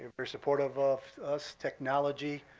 very supportive of us. technology.